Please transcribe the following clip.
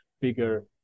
bigger